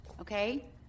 okay